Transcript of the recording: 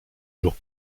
jours